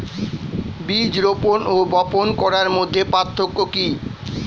বীজ রোপন ও বপন করার মধ্যে পার্থক্য কি?